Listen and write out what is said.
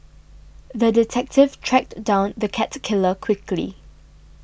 the detective tracked down the cat killer quickly